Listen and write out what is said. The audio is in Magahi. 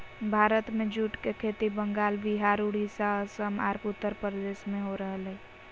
भारत में जूट के खेती बंगाल, विहार, उड़ीसा, असम आर उत्तरप्रदेश में हो रहल हई